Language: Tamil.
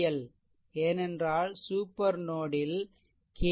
எல் ஏனென்றால் சூப்பர் நோட் ல் கே